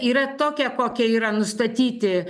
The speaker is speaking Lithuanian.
yra tokie kokie yra nustatyti